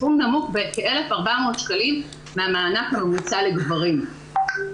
סכום נמוך בכ-1,400 שקלים מהמענק הממוצע לגברים.